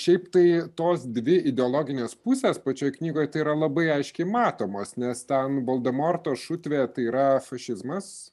šiaip tai tos dvi ideologinės pusės pačioj knygoj tai yra labai aiškiai matomos nes ten voldemorto šutvė tai yra fašizmas